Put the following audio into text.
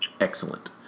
excellent